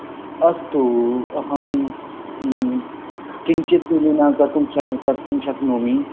अस्तु अहं किञ्चित् न्यूनं कर्तुं च् कर्तुं शक्नोमि